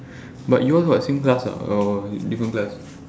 but you all from same class or not or different class